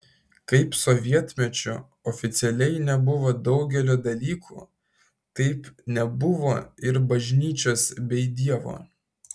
kaip sovietmečiu oficialiai nebuvo daugelio dalykų taip nebuvo ir bažnyčios bei dievo